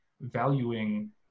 valuing